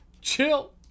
Chill